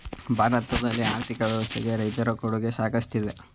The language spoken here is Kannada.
ಭಾರತದ ಆರ್ಥಿಕ ವ್ಯವಸ್ಥೆಗೆ ರೈತರ ಕೊಡುಗೆ ಸಾಕಷ್ಟಿದೆ